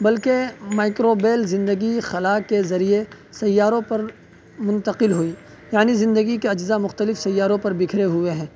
بلکہ مائیکروبیل زندگی خلا کے ذریعے سیاروں پر منتقل ہوئی یعنی زندگی کے اجزا مختلف سیاروں پر بکھرے ہوئے ہیں